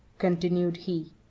continued he,